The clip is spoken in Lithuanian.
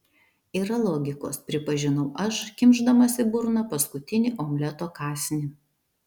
yra logikos pripažinau aš kimšdamas į burną paskutinį omleto kąsnį